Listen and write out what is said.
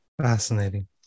fascinating